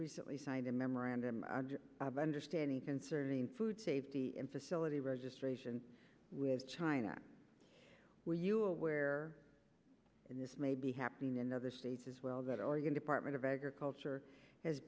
recently signed a memorandum of understanding concerning food safety and facility registration with china were you aware and this may be happening in the other states as well that oregon department of agriculture has